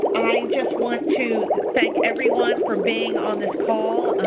i just want to thank everyone for being on this call.